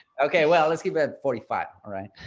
okay, well, let's keep it at forty five. all right.